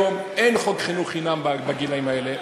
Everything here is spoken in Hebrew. היום אין חוק חינוך חינם בגילים האלה,